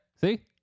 See